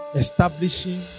establishing